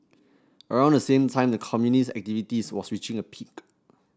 around the same time the communist activities was reaching a peak